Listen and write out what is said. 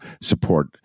support